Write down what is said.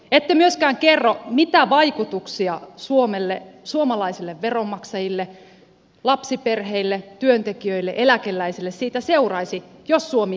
ette myöskään kerro mitä vaikutuksia suomelle suomalaisille veronmaksajille lapsiperheille työntekijöille eläkeläisille siitä seuraisi jos suomi eroaisi eurosta